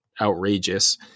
outrageous